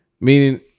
Meaning